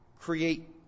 create